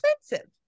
expensive